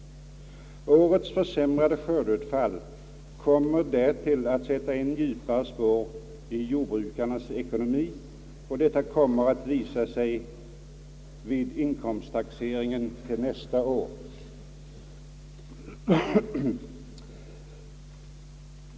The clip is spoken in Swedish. Årets försämrade skördeutfall kommer därtill att sätta än djupare spår i jordbrukarnas ekonomi. Och detta kommer att visa sig vid inkomsttaxeringen nästa år.